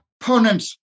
opponents